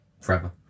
forever